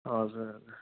हजुर